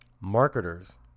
marketers